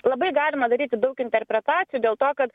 labai galima daryti daug interpretacijų dėl to kad